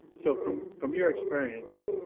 so from from your experience,